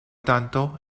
tanto